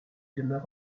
demeure